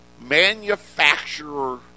manufacturer